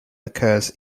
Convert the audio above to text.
occurs